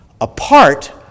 apart